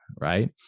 right